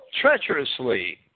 treacherously